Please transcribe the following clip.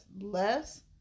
less